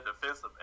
defensive